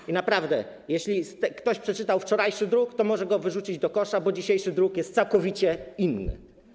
I naprawdę, jeśli ktoś przeczytał wczorajszy druk, to może go wyrzucić do kosza, bo dzisiejszy druk jest całkowicie inny.